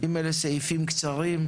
אם אלה סעיפים קצרים,